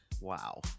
Wow